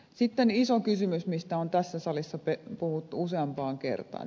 sitten iso kysymys mistä on tässä salissa puhuttu useampaan kertaan